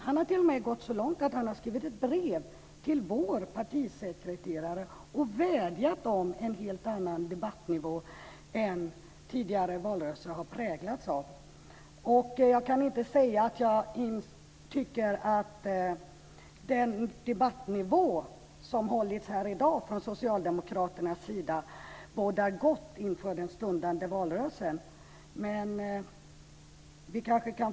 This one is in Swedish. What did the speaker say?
Han har t.o.m. gått så långt att han har skrivit ett brev till vår partisekreterare och vädjat om en helt annan debattnivå än den som tidigare valrörelser har präglats av. Jag kan inte säga att jag tycker att socialdemokraternas debattnivå här i dag bådar gott inför den stundande valrörelsen.